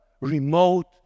remote